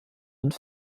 und